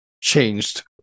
changed